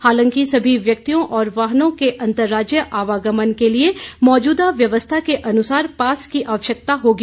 हालांकि सभी व्यक्तियों और वाहनों के अंतरराज्जीय आवागमन के लिए मौजूदा व्यवस्था के अनुसार पास की आवश्यकता होगी